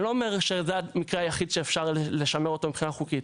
אני לא אומר שזה המקרה היחיד שאפשר לשמר אותו מבחינה חוקית,